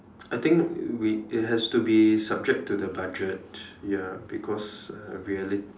I think we it has to be subject to the budget ya because uh reali~